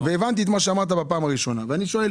והבנתי את מה שאמרת בפעם הראשונה ואני שואל